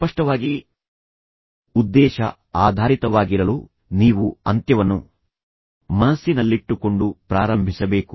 ಸ್ಪಷ್ಟವಾಗಿ ಉದ್ದೇಶ ಆಧಾರಿತವಾಗಿರಲು ನೀವು ಅಂತ್ಯವನ್ನು ಮನಸ್ಸಿನಲ್ಲಿಟ್ಟುಕೊಂಡು ಪ್ರಾರಂಭಿಸಬೇಕು